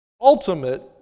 ultimate